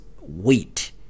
wheat